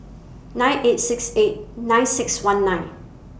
nine eight six eight nine six one nine